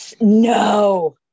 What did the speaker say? No